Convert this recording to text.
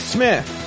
Smith